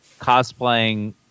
cosplaying